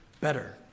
better